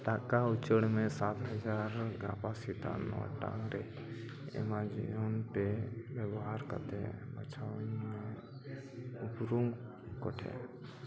ᱴᱟᱠᱟ ᱩᱪᱟᱹᱲᱢᱮ ᱥᱟᱛ ᱦᱟᱡᱟᱨ ᱜᱟᱯᱟ ᱥᱮᱛᱟᱜ ᱱᱚ ᱴᱟᱲᱟᱝ ᱨᱮ ᱮᱢᱟᱡᱚᱱ ᱯᱮᱹ ᱵᱮᱵᱚᱦᱟᱨ ᱠᱟᱛᱮᱫ ᱵᱟᱪᱷᱟᱣᱟᱹᱧ ᱢᱮ ᱩᱯᱨᱩᱢ ᱠᱚᱴᱷᱮᱱ